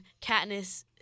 Katniss